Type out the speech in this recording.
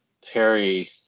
Terry